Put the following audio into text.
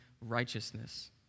righteousness